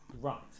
Right